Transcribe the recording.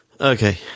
Okay